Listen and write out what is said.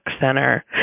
center